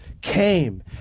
came